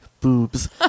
boobs